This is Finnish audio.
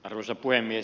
arvoisa puhemies